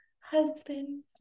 husband